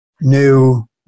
new